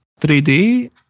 3D